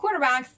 quarterbacks